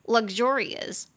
Luxurious